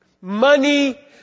money